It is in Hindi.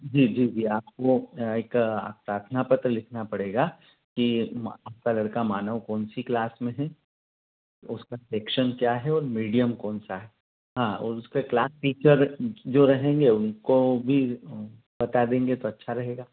जी जी जी आपको एक प्रार्थना पत्र लिखना पड़ेगा कि म आपका लड़का मानव कौन सी क्लास में है उसका सेक्शन क्या है और मीडियम कौन सा है हाँ और उसके क्लास टीचर जो रहेंगे उनको भी बता देंगे तो अच्छा रहेगा